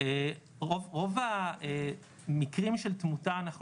אבל זה בגלל הרעל נכון.